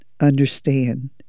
understand